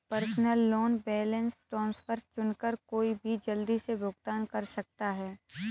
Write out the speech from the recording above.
personal loan balance transfer चुनकर कोई भी जल्दी से भुगतान कर सकता है